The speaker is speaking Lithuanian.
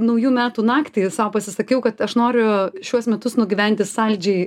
naujų metų naktį sau pasisakiau kad aš noriu šiuos metus nugyventi saldžiai